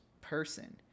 person